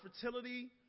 fertility